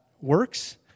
works